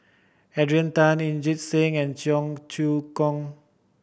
Adrian Tan Inderjit Singh and Cheong Choong Kong